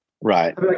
Right